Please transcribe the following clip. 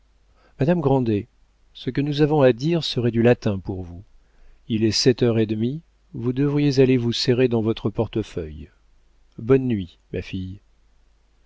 madame grandet ce que nous avons à dire serait du latin pour vous il est sept heures et demie vous devriez aller vous serrer dans votre portefeuille bonne nuit ma fille